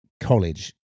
college